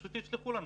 פשוט שישלחו לנו.